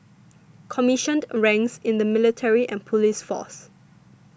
commissioned ranks in the military and police force